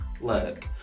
look